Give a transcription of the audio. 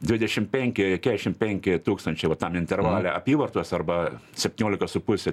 dvidešim penki kešiam penki tūkstančiai va tam intervale apyvartos arba septyniolika su puse